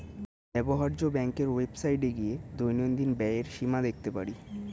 ব্যবহার্য ব্যাংকের ওয়েবসাইটে গিয়ে দৈনন্দিন ব্যয়ের সীমা দেখতে পারি